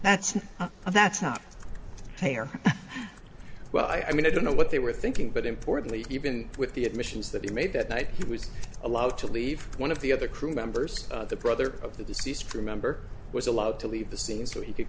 that's not that's not taher well i mean i don't know what they were thinking but importantly even with the admissions that he made that night he was allowed to leave one of the other crew members the brother of the deceased remember was allowed to leave the scene so he could